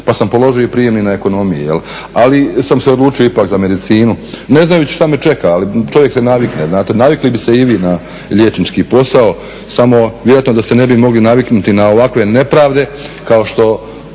pa sam položio i prijemni na ekonomiji, ali sam se odlučio ipak za medicinu ne znajući što me čega, ali čovjek se navikne, navikli bi se i vi na liječnički posao, samo vjerojatno da se ne bi mogli naviknuti na ovakve nepravde kao što